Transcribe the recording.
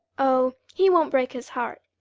oh, he won't break his heart.